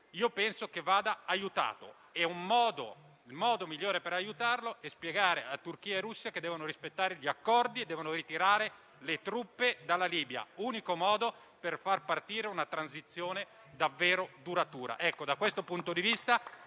Penso che vada aiutato e il modo migliore per farlo è spiegare alla Turchia e alla Russia che devono rispettare gli accordi e ritirare le truppe dalla Libia, unico modo per far partire una transizione davvero duratura.